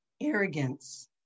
arrogance